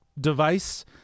device